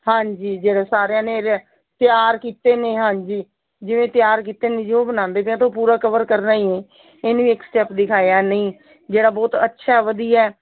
ਹਾਂਜੀ ਜਿਹੜੇ ਸਾਰਿਆਂ ਨੇ ਤਿਆਰ ਕੀਤੇ ਨੇ ਹਾਂਜੀ ਜਿਵੇਂ ਤਿਆਰ ਕੀਤੇ ਨੇ ਜੀ ਉਹ ਬਣਾਉਂਦੇ ਪਏ ਤਾਂ ਉਹ ਪੂਰਾ ਕਵਰ ਕਰਨਾ ਹੀ ਹੈ ਇਹ ਨਹੀਂ ਵੀ ਇੱਕ ਸਟੈੱਪ ਦਿਖਾਇਆ ਨਹੀਂ ਜਿਹੜਾ ਬਹੁਤ ਅੱਛਾ ਵਧੀਆ